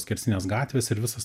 skersinės gatvės ir visas